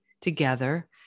together